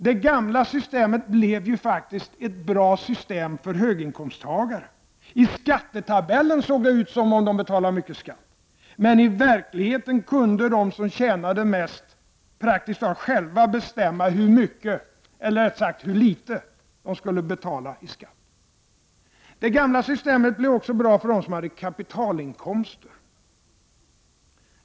Det gamla systemet blev faktiskt ett bra system för höginkomsttagare. I skattetabellen såg det ut som om de betalade mycket skatt. Men i verkligheten kunde de som tjänade mest praktiskt taget själva bestämma hur mycket, eller rättare sagt hur litet, de skulle betala i skatt. Det gamla systemet var också bra för dem som hade kapitalinkomster.